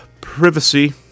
privacy